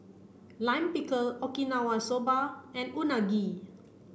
Lime Pickle Okinawa soba and Unagi